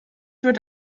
wird